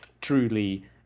truly